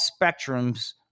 spectrums